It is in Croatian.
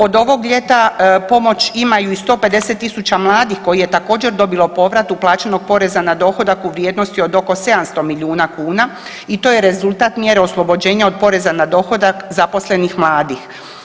Od ovog ljeta pomoć imaju i 150.000 mladih koji je također dobilo povrat uplaćenog poreza na dohodak u vrijednosti od oko 700 milijuna kuna i to je rezultat mjere oslobođenja od poreza na dohodak zaposlenih mladih.